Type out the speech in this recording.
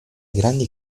grandi